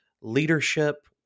leadership